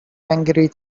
angry